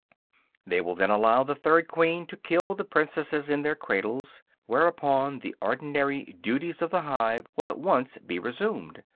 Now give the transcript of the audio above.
they will then allow the third queen to kill the princesses in their cradles whereupon the ordinary duties of the hive will at once be resumed,